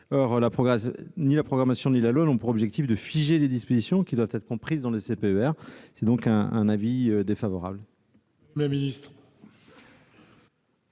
Ni la programmation ni la loi n'ont pour objectif de figer les dispositions qui doivent être comprises dans les CPER. La commission émet donc un avis défavorable.